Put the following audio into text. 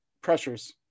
pressures